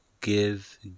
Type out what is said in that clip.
give